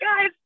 guys